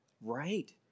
Right